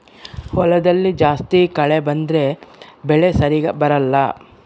ಹೊಲದಲ್ಲಿ ಜಾಸ್ತಿ ಕಳೆ ಬಂದ್ರೆ ಬೆಳೆ ಸರಿಗ ಬರಲ್ಲ